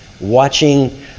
watching